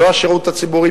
לא השירות הציבורי.